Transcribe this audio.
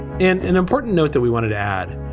and an important note that we wanted to add.